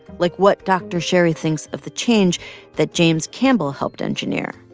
like what dr. sherry thinks of the change that james campbell helped engineer.